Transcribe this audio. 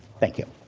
thank you.